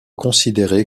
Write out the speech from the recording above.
considérer